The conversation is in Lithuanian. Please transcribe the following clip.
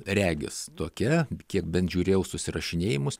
regis tokia kiek bent žiūrėjau susirašinėjimus